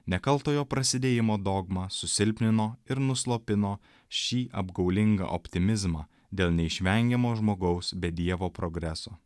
nekaltojo prasidėjimo dogma susilpnino ir nuslopino šį apgaulingą optimizmą dėl neišvengiamo žmogaus be dievo progreso